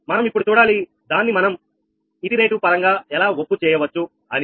మన ఇప్పుడు చూడాలి దాన్ని మనం ఇటరేటివ్ పరంగా ఎలా ఒప్పు చేయవచ్చు అని